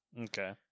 Okay